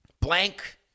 blank